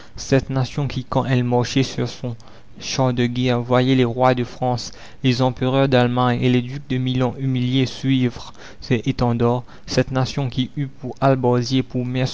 cette nation qui quand elle marchait sur son char de guerre voyait les rois de france les empereurs d'allemagne et les ducs de milan humiliés suivre ses étendards cette nation qui eut pour hallebardiers pour